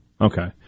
Okay